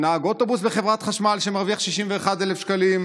או נהג אוטובוס בחברת חשמל שמרוויח 61,000 שקלים,